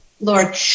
Lord